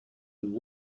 and